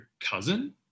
cousin